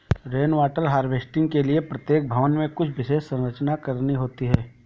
rain water harvesting के लिए प्रत्येक भवन में कुछ विशेष संरचना करनी होती है